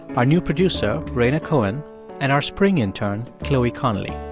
our new producer raina cohen and our spring intern chloe connelly.